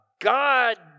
god